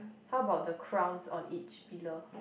how about the crowns on each pillar